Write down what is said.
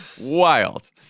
Wild